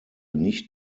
nicht